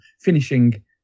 finishing